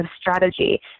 strategy